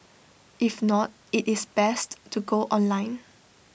if not IT is best to go online